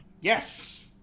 Yes